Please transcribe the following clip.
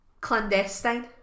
clandestine